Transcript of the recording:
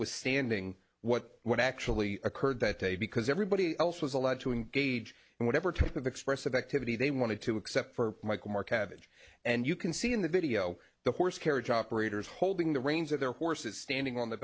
withstanding what what actually occurred that day because everybody else was allowed to engage in whatever type of expressive activity they wanted to except for michael moore cabbage and you can see in the video the horse carriage operators holding the reins of their horses standing on the